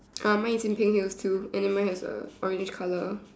uh mine is in pink heels too and then mine has a orange color